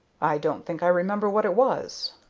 i don't think i remember what it was.